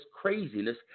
craziness